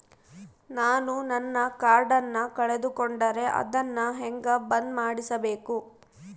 ನಾನು ನನ್ನ ಕಾರ್ಡನ್ನ ಕಳೆದುಕೊಂಡರೆ ಅದನ್ನ ಹೆಂಗ ಬಂದ್ ಮಾಡಿಸಬೇಕು?